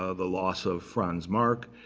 ah the loss of franz marc.